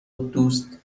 دوست